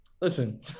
listen